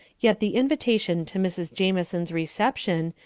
yet the invitation to mrs. jamison's reception,